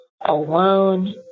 alone